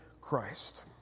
Christ